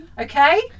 Okay